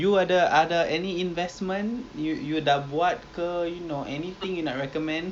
I I also don't know lah I I'm actually looking into the stock market also